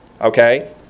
Okay